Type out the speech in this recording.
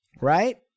right